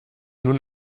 nun